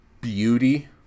beauty